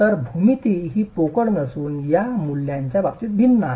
तर भूमिती ही पोकळ असून या मूल्यांच्या बाबतीत भिन्न आहे